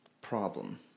problem